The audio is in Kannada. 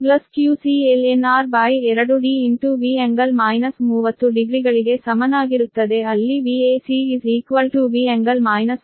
plus qcln r2D V∟ 300 ಡಿಗ್ರಿಗಳಿಗೆ ಸಮನಾಗಿರುತ್ತದೆ ಅಲ್ಲಿ Vac V∟ 300ಡಿಗ್ರಿ ಗಳು